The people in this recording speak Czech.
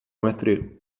metry